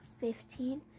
fifteen